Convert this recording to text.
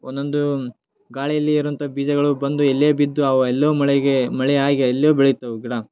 ಒಂದೊಂದು ಗಾಳಿಯಲ್ಲಿ ಇರುವಂಥ ಬೀಜಗಳು ಬಂದು ಎಲೆ ಬಿದ್ದು ಅವೆಲ್ಲವು ಮಳೆಗೆ ಮಳೆಯಾಗಿ ಅಲ್ಲೇ ಬೆಳಿತವೆ ಗಿಡ